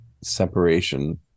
separation